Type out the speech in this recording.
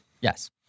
Yes